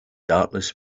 darkness